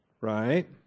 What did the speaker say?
right